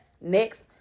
next